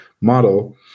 model